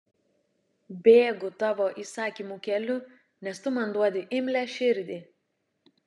bėgu tavo įsakymų keliu nes tu man duodi imlią širdį